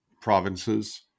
provinces